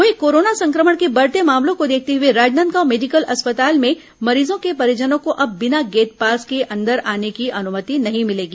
वहीं कोरोना संक्रमण के बढते मामलों को देखते हुए राजनादगांव मेडिकल अस्पताल में मरीजों को परिजनों को अब बिना गेट पास के अंदर आने की अनुमति नहीं मिलेगी